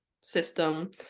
system